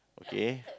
okay